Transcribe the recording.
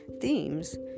themes